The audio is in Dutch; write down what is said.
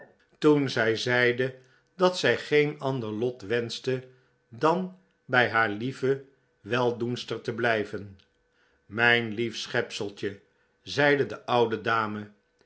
toen zij zeide dat zij geen ander lot wenschte dan bij haar lieve weldoenster te blijven mijn lief schepseltje zeide de oude dame